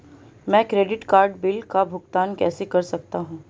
मैं credit card bill का भुगतान कैसे कर सकता हूं?